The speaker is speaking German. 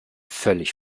völlig